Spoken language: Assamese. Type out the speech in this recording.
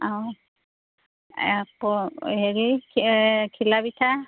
অঁ আকৌ হেৰি ঘিলা পিঠা